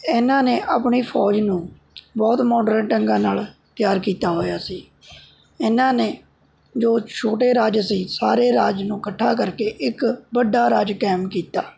ਇਹਨਾਂ ਨੇ ਆਪਣੀ ਫੌਜ ਨੂੰ ਬਹੁਤ ਮੋਡਰਨ ਢੰਗਾਂ ਨਾਲ ਤਿਆਰ ਕੀਤਾ ਹੋਇਆ ਸੀ ਇਹਨਾਂ ਨੇ ਜੋ ਛੋਟੇ ਰਾਜ ਸੀ ਸਾਰੇ ਰਾਜ ਨੂੰ ਇਕੱਠਾ ਕਰਕੇ ਇੱਕ ਵੱਡਾ ਰਾਜ ਕਾਇਮ ਕੀਤਾ